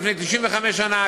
לפני 95 שנה,